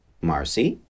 Marcy